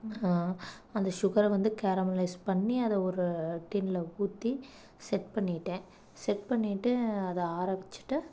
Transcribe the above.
அந்த சுகரை வந்து கேரமலைஸ் பண்ணி அத ஒரு டின்ல ஊற்றி செட் பண்ணிட்டேன் செட் பண்ணிட்டு அதை ஆற வச்சிட்டு